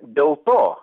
dėl to